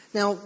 Now